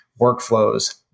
workflows